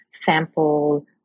sample